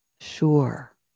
sure